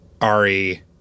Ari